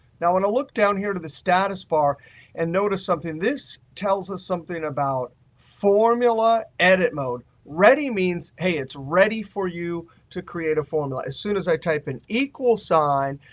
now, when i look down here to the status bar and notice something, this tells us something about formula edit mode. ready means, hey, it's ready for you to create a formula. as soon as i type an equals sign,